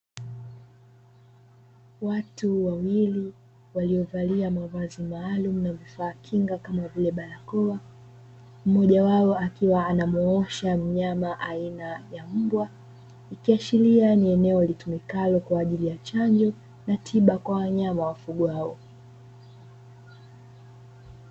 Watu wawili, waliovalia mavazi maalumu na vifaa kinga kama vile barakoa, mmoja wao akiwa anamuosha mnyama aina ya mbwa. Ikiashiria ni eneo linalotumika kwa ajili ya chanjo na tiba kwa wanyama wafugwao.